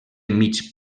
mig